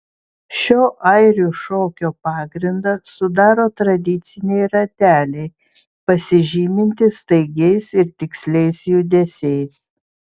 šio airių šokio pagrindą sudaro tradiciniai rateliai pasižymintys staigiais ir tiksliais judesiais